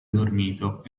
dormito